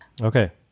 Okay